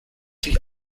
sich